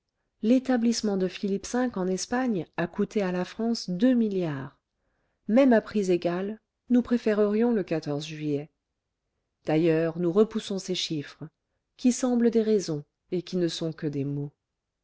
l'établissement de philippe v en espagne a coûté à la france deux milliards même à prix égal nous préférerions le juillet d'ailleurs nous repoussons ces chiffres qui semblent des raisons et qui ne sont que des mots